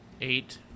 Eight